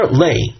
lay